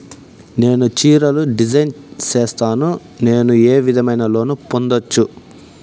నేను చీరలు డిజైన్ సేస్తాను, నేను ఏ విధమైన లోను పొందొచ్చు